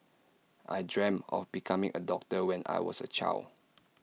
I dreamt of becoming A doctor when I was A child